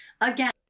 Again